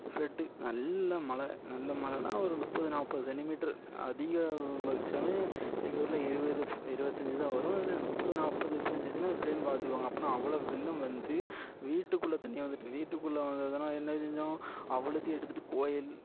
flood நல்ல மழை நல்ல மழைன்னா ஒரு முப்பது நாற்பது சென்டிமீட்ரு அதிகபட்சம் எங்கள் ஊரில் இருபது இருபத்தஞ்சிதான் வரும் அதுலேயும் முற்பது நாற்பது பெஞ்சிச்சுன்னா எப்படின்னு பார்த்துக்கோங்க அப்பனா அவ்வளோ வெள்ளம் வந்து வீட்டுக்குள்ளே தண்ணி வந்துட்டு வீட்டுக்குள்ளே வந்ததுனால் என்ன செஞ்சோம் அவ்வளோத்தையும் எடுத்துட்டு கோவில்